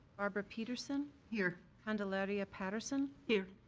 barbara petersen. here. candelaria patterson. here.